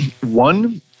One